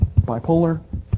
Bipolar